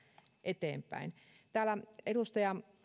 eteenpäin täällä edustaja